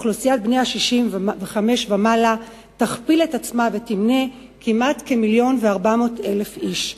אוכלוסיית בני ה-65 ומעלה תכפיל את עצמה ותמנה כמעט 1.4 מיליון איש,